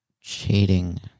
Cheating